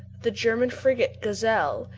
the german frigate gazelle,